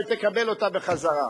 שתקבל אותה בחזרה?